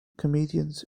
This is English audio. comedians